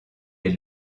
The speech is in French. est